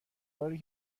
باری